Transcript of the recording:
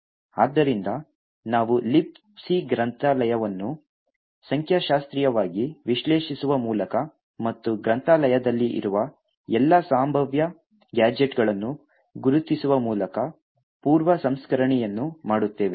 ಆದ್ದರಿಂದ ನಾವು Libc ಗ್ರಂಥಾಲಯವನ್ನು ಸಂಖ್ಯಾಶಾಸ್ತ್ರೀಯವಾಗಿ ವಿಶ್ಲೇಷಿಸುವ ಮೂಲಕ ಮತ್ತು ಗ್ರಂಥಾಲಯದಲ್ಲಿ ಇರುವ ಎಲ್ಲಾ ಸಂಭಾವ್ಯ ಗ್ಯಾಜೆಟ್ಗಳನ್ನು ಗುರುತಿಸುವ ಮೂಲಕ ಪೂರ್ವ ಸಂಸ್ಕರಣೆಯನ್ನು ಮಾಡುತ್ತೇವೆ